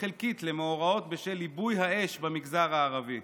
חלקית למאורעות בשל ליבוי האש במגזר הערבי.